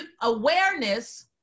Awareness